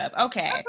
okay